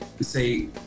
Say